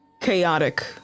chaotic